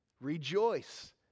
Rejoice